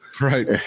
Right